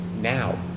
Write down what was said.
now